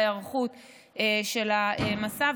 בהיערכות למסע,